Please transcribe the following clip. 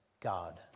God